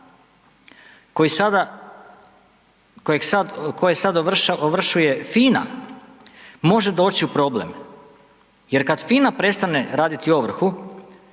koji sad ovršuje FINA, može doći u problem jer kad FINA prestane raditi ovrhu,